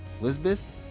Lisbeth